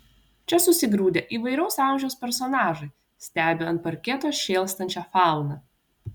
čia susigrūdę įvairaus amžiaus personažai stebi ant parketo šėlstančią fauną